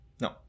No